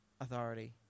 authority